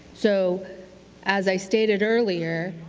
so as i stated earlier,